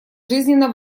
жизненно